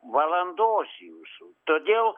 valandos jūsų todėl